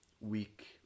week